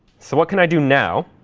so what can i do now?